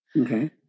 Okay